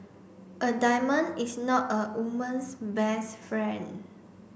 a diamond is not a woman's best friend